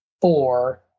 four